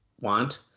want